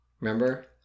Remember